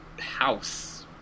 house